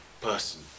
person